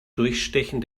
durchstechen